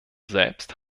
selbst